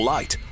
Light